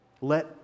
Let